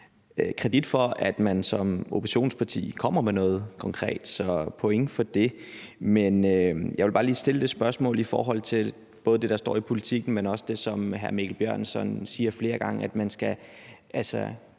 kredit for, at man som oppositionsparti kommer med noget konkret – så point for det. Jeg vil bare lige stille et spørgsmål i forhold til både det, der handler om politikken , men også i forhold til det, som hr. Mikkel Bjørn siger flere gange, nemlig at man skal